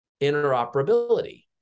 interoperability